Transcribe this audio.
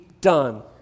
done